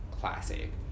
classic